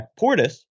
Portis